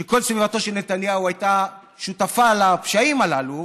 שכל סביבתו של נתניהו הייתה שותפה לפשעים הללו